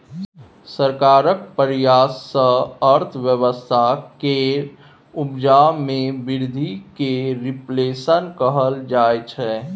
सरकारक प्रयास सँ अर्थव्यवस्था केर उपजा मे बृद्धि केँ रिफ्लेशन कहल जाइ छै